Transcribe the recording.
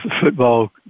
football